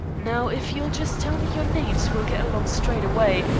now, if you'll just tell me your names we'll get along straight away,